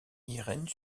irène